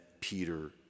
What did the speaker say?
Peter